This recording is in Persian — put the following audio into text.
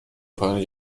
پایان